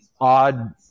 odd